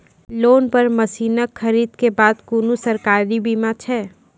Loan पर मसीनऽक खरीद के बाद कुनू सरकारी बीमा छै?